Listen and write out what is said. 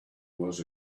was